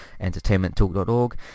entertainmenttalk.org